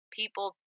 people